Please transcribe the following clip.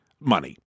money